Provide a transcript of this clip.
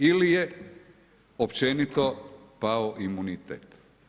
Ili je općenito pao imunitet.